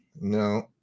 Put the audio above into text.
No